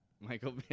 michael